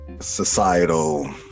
societal